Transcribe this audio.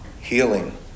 Healing